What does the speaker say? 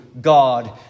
God